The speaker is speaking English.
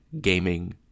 gaming